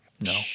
no